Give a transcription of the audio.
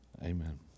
Amen